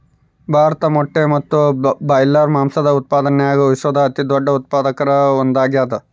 ಭಾರತ ಮೊಟ್ಟೆ ಮತ್ತು ಬ್ರಾಯ್ಲರ್ ಮಾಂಸದ ಉತ್ಪಾದನ್ಯಾಗ ವಿಶ್ವದ ಅತಿದೊಡ್ಡ ಉತ್ಪಾದಕರಾಗ ಒಂದಾಗ್ಯಾದ